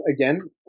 again